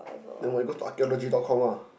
then why you go to archaeology dot com ah